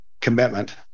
commitment